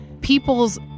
people's